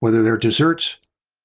whether they're desserts